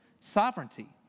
sovereignty